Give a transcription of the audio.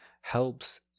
helps